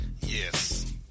Yes